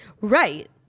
Right